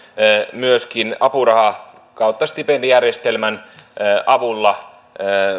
myöskin apuraha ja stipendijärjestelmän avulla